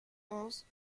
onze